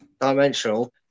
dimensional